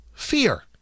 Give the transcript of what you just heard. fear